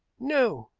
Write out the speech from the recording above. no.